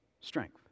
strength